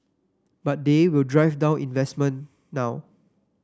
but they will drive down investment now